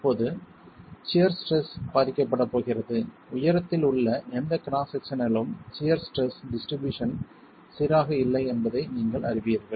இப்போது shear stress பாதிக்கப்படப் போகிறது உயரத்தில் உள்ள எந்த கிராஸ் செக்சனிலும் சியர் ஸ்ட்ரெஸ் டிஸ்ட்ரிபியூஷன் சீராக இல்லை என்பதை நீங்கள் அறிவீர்கள்